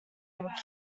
were